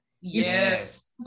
Yes